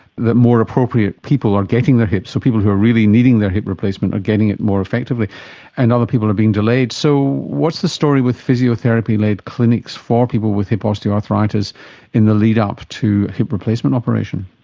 that more appropriate people are getting their hips. so people who are really needing their hip replacement are getting it more effectively and other people are being delayed. so what's the story with physiotherapy-led clinics for people with hip osteoarthritis in the lead-up to hip replacement operation?